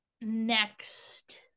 next